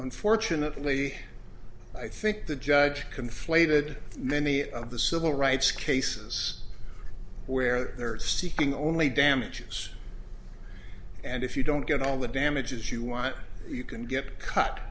unfortunately i think the judge conflated many of the civil rights cases where they're seeking only damages and if you don't get all the damages you want you can get c